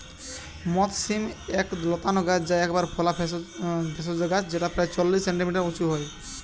মথ শিম এক লতানা গাছ যা একবার ফলা ভেষজ গাছ যেটা প্রায় চল্লিশ সেন্টিমিটার উঁচু হয়